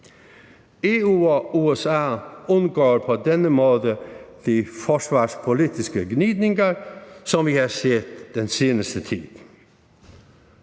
EU og USA undgår på denne måde de forsvarspolitiske gnidninger, som vi har set den seneste tid.